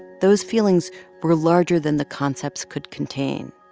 those feelings were larger than the concepts could contain.